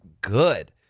good